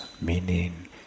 meaning